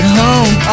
home